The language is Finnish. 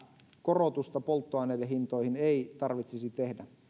korotusta polttoaineiden hintoihin ei tarvitsisi tehdä